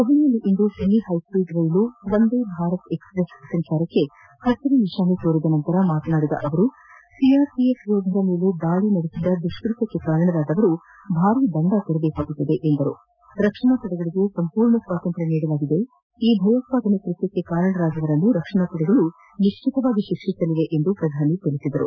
ದೆಹಲಿಯಲ್ಲಿಂದು semi high speed rail Vande Bharat express ಸಂಚಾರಕ್ಕೆ ಪಸಿರು ನಿಶಾನೆ ತೋರಿದ ನಂತರ ಮಾತನಾಡಿದ ಅವರು ಸಿಆರ್ಪಿಎಫ್ ಯೋಧರ ಮೇಲೆ ದಾಳಿ ನಡೆಸಿದ ದುಷ್ಟತ್ತಕ್ಕೆ ಕಾರಣರಾದವರು ಭಾರೀ ದಂಡ ತೆರಬೇಕಾಗುತ್ತದೆ ರಕ್ಷಣಾ ಪಡೆಗಳಿಗೆ ಮೂರ್ಣ ಸ್ವಾತಂತ್ರ್ಯ ನೀಡಲಾಗಿದ್ದು ಈ ಭಯೋತ್ವಾದನಾ ಕೃತ್ಯಕ್ಕೆ ಕಾರಣರಾದವರನ್ನು ರಕ್ಷಣಾ ಪಡೆಗಳು ನಿಶ್ಚಿತವಾಗಿ ಶಿಕ್ಷಿಸಲಿವೆ ಎಂದು ಹೇಳಿದರು